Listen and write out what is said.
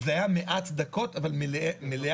זה היה מעט דקות, אבל מלא.